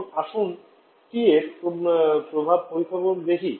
এখন আসুন টি এর প্রভাব পরীক্ষা করে দেখি